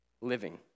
living